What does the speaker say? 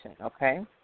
okay